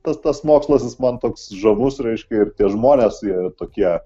tas tas mokslas jis man toks žavus reiškia ir tie žmonės jie tokie